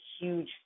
huge